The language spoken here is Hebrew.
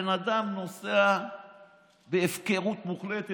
הבן אדם נוסע בהפקרות מוחלטת.